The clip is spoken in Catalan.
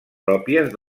pròpies